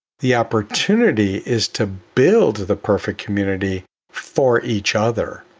the opportunity is to build the perfect community for each other.